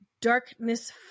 Darkness